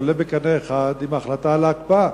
עולה בקנה אחד עם ההחלטה על ההקפאה,